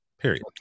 period